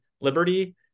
Liberty